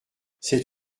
c’est